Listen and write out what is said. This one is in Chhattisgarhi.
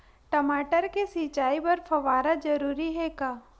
टमाटर के सिंचाई बर फव्वारा जरूरी हे का?